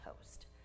host